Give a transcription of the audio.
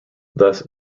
thus